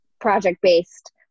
project-based